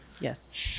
Yes